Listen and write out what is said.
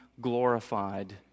glorified